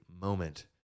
moment